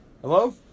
Hello